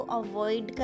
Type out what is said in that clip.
avoid